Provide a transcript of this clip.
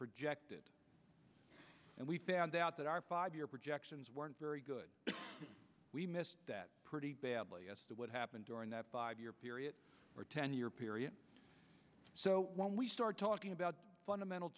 projected and we found out that our five year projections weren't very good we missed that pretty badly that would happen during that five year period or ten year period so when we start talking about fundamental